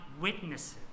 witnesses